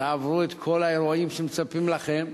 תעברו את כל האירועים שמצפים לכם,